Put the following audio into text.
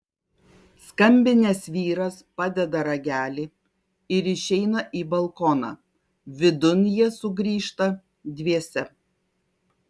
skambinęs vyras padeda ragelį ir išeina į balkoną vidun jie sugrįžta dviese